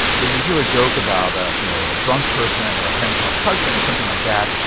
when we hear a joke about ah you know a drunk person, or a henpecked husband or something like that,